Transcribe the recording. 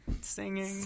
singing